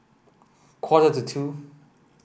quarter to two